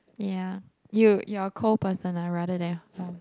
ya you you're a cold person ah rather than warm